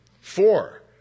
Four